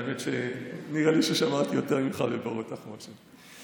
האמת שנראה לי ששמרתי יותר ממך בבורות תחמושת.